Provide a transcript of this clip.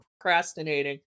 procrastinating